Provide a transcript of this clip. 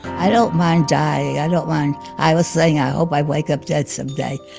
i don't mind dying. i don't mind, i was saying i hope i wake up dead some day.